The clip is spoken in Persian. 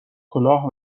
کلاه